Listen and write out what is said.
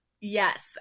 Yes